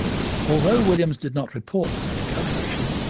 although williams did not report such a calculation,